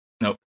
Nope